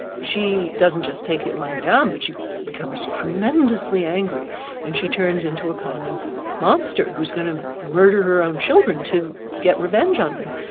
she doesn't just take it lying down, but she becomes tremendously angry and she turns into a kind of monster who's going to murder her own children to get revenge on him.